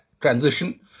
transition